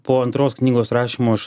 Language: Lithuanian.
po antros knygos rašymo aš